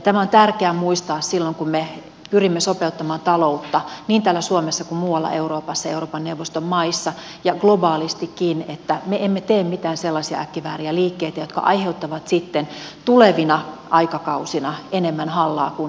tämä on tärkeä muistaa silloin kun me pyrimme sopeuttamaan taloutta niin täällä suomessa kuin muualla euroopassa ja euroopan neuvoston maissa ja globaalistikin että me emme tee mitään sellaisia äkkivääriä liikkeitä jotka aiheuttavat sitten tulevina aikakausina enemmän hallaa kuin hyötyä